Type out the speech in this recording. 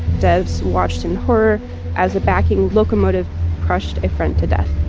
debs watched in horror as a backing locomotive crushed a friend to death